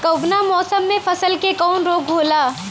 कवना मौसम मे फसल के कवन रोग होला?